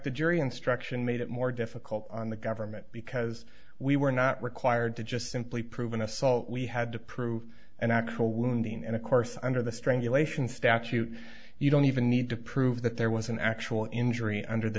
the jury instruction made it more difficult on the government because we were not required to just simply prove an assault we had to prove an actual wounding and of course under the strangulation statute you don't even need to prove that there was an actual injury under the